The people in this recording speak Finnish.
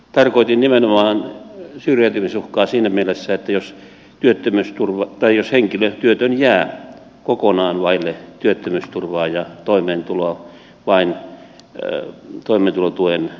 tarkoitin nimenomaan syrjäytymisuhkaa siinä mielessä jos työtön henkilö jää kokonaan vaille työttömyysturvaa ja toimeentuloa vain toimeentulotuen varaan